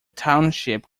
township